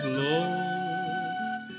lost